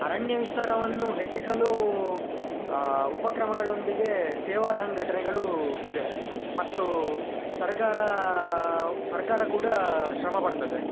ಅರಣ್ಯ ವಿಸ್ತಾರವನ್ನು ಹೆಚ್ಚಿಸಲು ಉಪಕ್ರಮಗಳೊಂದಿಗೆ ಸೇವಾ ಸಂಘಟನೆಗಳು ಇದೆ ಮತ್ತು ಸರಕಾರ ಸರ್ಕಾರ ಕೂಡ ಶ್ರಮ ಪಡ್ತದೆ